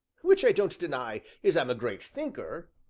which i don't deny as i'm a great thinker,